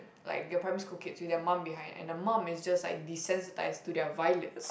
like they're primary school kids with their mum behind and the mum is just like desensitise to their violence